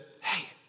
hey